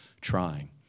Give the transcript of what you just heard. trying